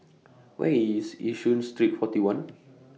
Where IS Yishun Street forty one